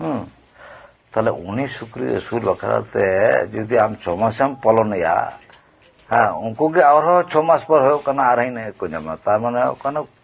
ᱛᱟᱦᱚᱞᱮ ᱩᱱᱤ ᱥᱩᱠᱨᱤ ᱟᱹᱥᱩᱞ ᱵᱟᱠᱷᱟᱨᱟ ᱛᱮ ᱡᱩᱫᱤ ᱟᱢ ᱪᱷᱚ ᱢᱟᱥᱮᱢ ᱯᱟᱞᱟᱣ ᱮᱭᱟ ᱦᱮᱸ ᱩᱱᱠᱩ ᱜᱮ ᱟᱨᱦᱚᱸ ᱪᱷᱚ ᱢᱟᱥ ᱯᱚᱨ ᱦᱩᱭᱩᱜ ᱠᱟᱱᱟ ᱟᱨᱦᱚᱸ ᱤᱱᱟᱹ ᱜᱮᱠᱚ ᱧᱟᱢᱚᱼᱟ ᱛᱟᱨᱢᱟᱱᱮ ᱦᱩᱭᱩᱜ ᱠᱟᱱᱟ